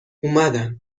اومدن